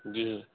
जी